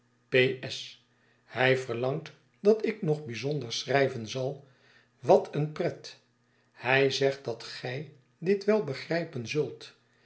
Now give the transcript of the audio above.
ps hij verlangt dat ik nog bijzonder schrijven zal wat een pret hij zegt dat gij dit wei begrijpen zult